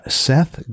seth